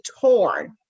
torn